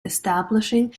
establishing